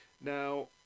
Now